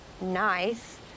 nice